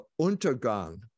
Untergang